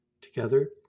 Together